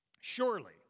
surely